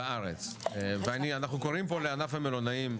בארץ ואנחנו קוראים פה לענף המלונאים,